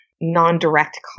non-direct